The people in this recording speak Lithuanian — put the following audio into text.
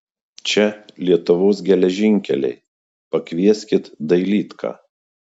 čia lietuvos geležinkeliai pakvieskit dailydką